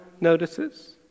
notices